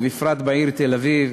ובפרט בעיר תל-אביב,